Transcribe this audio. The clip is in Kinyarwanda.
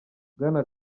bwana